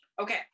okay